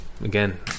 Again